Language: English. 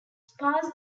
sparse